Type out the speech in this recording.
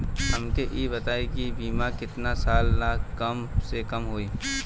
हमके ई बताई कि बीमा केतना साल ला कम से कम होई?